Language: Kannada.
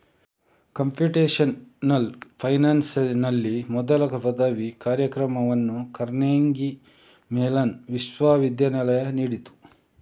ಕಂಪ್ಯೂಟೇಶನಲ್ ಫೈನಾನ್ಸಿನಲ್ಲಿ ಮೊದಲ ಪದವಿ ಕಾರ್ಯಕ್ರಮವನ್ನು ಕಾರ್ನೆಗೀ ಮೆಲಾನ್ ವಿಶ್ವವಿದ್ಯಾಲಯವು ನೀಡಿತು